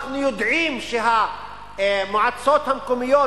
אנחנו יודעים שהמועצות המקומיות,